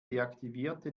deaktivierte